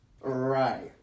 Right